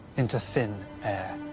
into thin air.